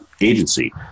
agency